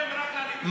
רק לליכוד?